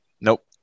nope